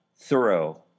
thorough